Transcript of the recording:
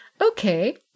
okay